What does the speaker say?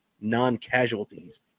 non-casualties